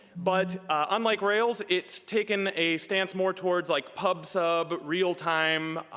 but unlike rails, it's taken a stance more towards like pub-sub, real time,